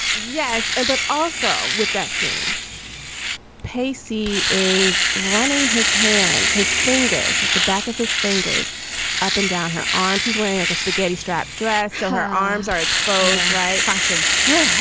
yes. and but also with that scene pesi is running his hands, his fingers like the back of his fingers up and down her arm, she's wearing like a spaghetti strap dress. her arms are exposed, right? fashion her.